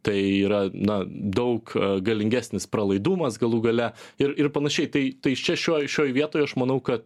tai yra na daug galingesnis pralaidumas galų gale ir ir panašiai tai tai čia šioj šioj vietoj aš manau kad